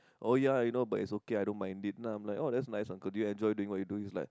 oh ya you know but it's okay I don't mind it then I'm like oh that's nice uncle do you enjoy doing what you do then he's like